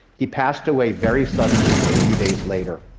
he passed away very suddenly a few days later.